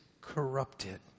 corrupted